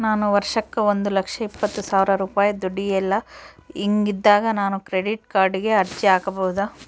ನಾನು ವರ್ಷಕ್ಕ ಒಂದು ಲಕ್ಷ ಇಪ್ಪತ್ತು ಸಾವಿರ ರೂಪಾಯಿ ದುಡಿಯಲ್ಲ ಹಿಂಗಿದ್ದಾಗ ನಾನು ಕ್ರೆಡಿಟ್ ಕಾರ್ಡಿಗೆ ಅರ್ಜಿ ಹಾಕಬಹುದಾ?